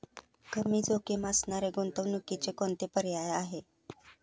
कमी जोखीम असणाऱ्या गुंतवणुकीचे कोणकोणते पर्याय आहे?